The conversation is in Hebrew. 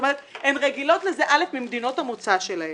הן רגילות לזה ממדינות המוצא שלהן.